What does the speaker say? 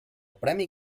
premi